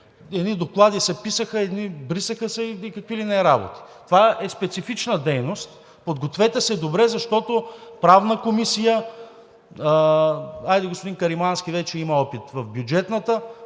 едни доклади се писаха, брисаха се и какви ли не работи. Това е специфична дейност. Подгответе се добре, защото Правната комисия, хайде, господин Каримански вече има опит в Бюджетната,